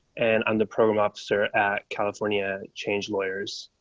and i'm the program officer at california change lawyers.